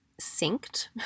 synced